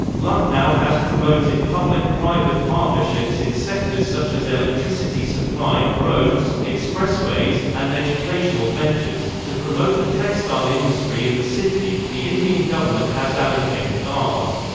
lucknow has promoted public-private partnerships in sectors such as electricity supply, roads, expressways, and educational ventures to promote the textile industry in the city, the indian government has allocated ah rs.